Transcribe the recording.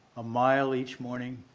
a mile each morning.